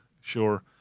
sure